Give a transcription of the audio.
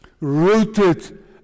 Rooted